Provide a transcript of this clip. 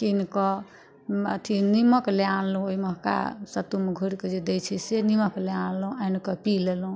कीन कऽ अथी नीमक लए आनलहुॅं ओहिमे का सत्तू मे घोरि कऽ जे दै छै से नीमक लए आनलहुॅं आनि कऽ पी लेलहुॅं